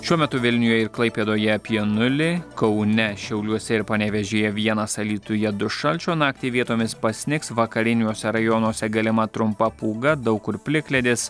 šiuo metu vilniuje ir klaipėdoje apie nulį kaune šiauliuose ir panevėžyje vienas alytuje du šalčio naktį vietomis pasnigs vakariniuose rajonuose galima trumpa pūga daug kur plikledis